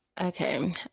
Okay